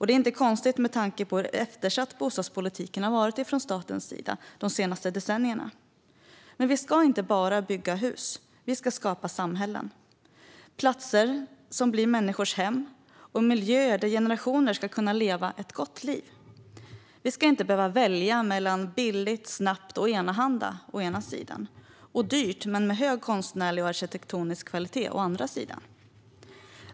Det är inte konstigt med tanke på hur eftersatt bostadspolitiken har varit från statens sida de senaste decennierna. Men vi ska inte bara bygga hus. Vi ska skapa samhällen med platser som blir människors hem och miljöer där generationer ska kunna leva ett gott liv. Vi ska inte behöva välja mellan billigt, snabbt och enahanda å ena sidan och dyrt men med hög konstnärlig och arkitektonisk kvalitet å andra sidan.